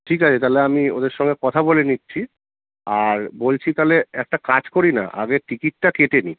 ঠিক আছে তাহলে আমি ওদের সঙ্গে কথা বলে নিচ্ছি আর বলছি তাহলে একটা কাজ করি না আগে টিকিটটা কেটে নিই